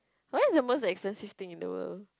what is the most expensive thing in the world